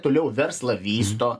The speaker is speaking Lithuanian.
toliau verslą vysto